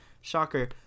Shocker